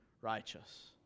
righteous